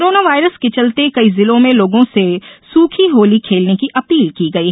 corona virus के चलते कई जिलों में लोगों से सूखी होली खेलने की अपील की गयी